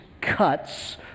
cuts